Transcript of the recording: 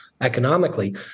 economically